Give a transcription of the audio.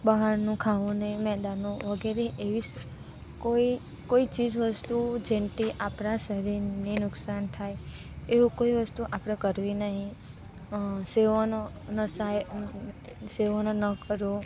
બહારનું ખાવું નહીં મેંદાનું વગેરે એવી કોઈ કોઈ ચીજવસ્તુ જેનથી આપણાં શરીરને નુકસાન થાય એવું કોઈ વસ્તુ આપણે કરવી નહીં સેવનો સેવનો ન કરો